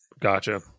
Gotcha